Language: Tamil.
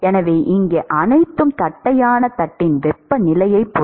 எனவே இங்கே அனைத்தும் தட்டையான தட்டின் வெப்பநிலையைப் பொறுத்தது